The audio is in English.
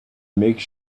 make